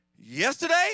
yesterday